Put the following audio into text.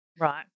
Right